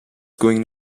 going